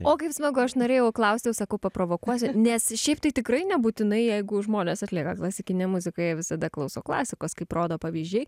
o kaip smagu aš norėjau klausti jau sakau paprovokuosiu nes šiaip tai tikrai nebūtinai jeigu žmonės atlieka klasikinę muziką jie visada klauso klasikos kaip rodo pavyzdžiai